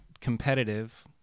competitive